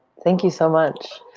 thank you so much.